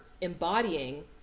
embodying